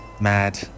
mad